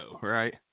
right